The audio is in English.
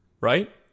right